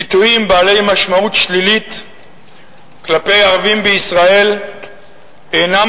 ביטויים בעלי משמעות שלילית כלפי ערבים בישראל אינם